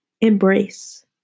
embrace